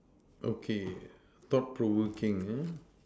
okay thought provoking uh